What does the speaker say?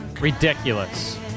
Ridiculous